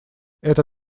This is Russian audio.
это